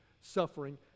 suffering